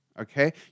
okay